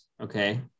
Okay